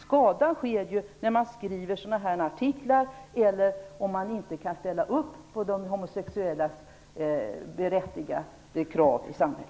Skadan sker ju när man skriver sådana här artiklar eller om man inte kan ställa upp på de homosexuellas berättigade krav i samhället.